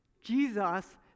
Jesus